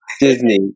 Disney